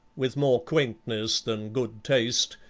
with more quaintness than good taste,